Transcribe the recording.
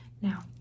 Now